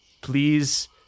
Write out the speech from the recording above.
Please